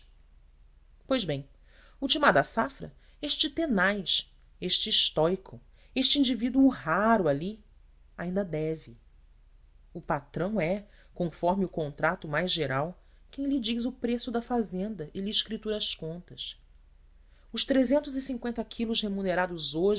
pois bem ultimada a safra este tenaz este estóico este indivíduo raro ali ainda deve o patrão é conforme o contrato mais geral quem lhe diz o preço da fazenda e lhe escritura as contas s quilos remunerados